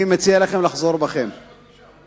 אם ישאלו אותנו במדינה הפלסטינית,